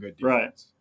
Right